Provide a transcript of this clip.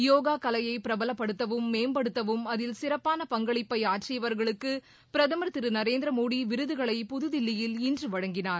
யோகா கலையை பிரபலப்படுத்தவும் மேம்படுத்தவும் ஆற்றியவர்களுக்கு பிரதமர் திரு நரேந்திர மோடி விருதுகளை புதுதில்லியில் இன்று வழங்கினார்